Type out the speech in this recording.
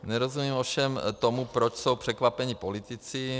Nerozumím ovšem tomu, proč jsou překvapení politici.